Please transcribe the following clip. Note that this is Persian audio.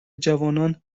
جوانان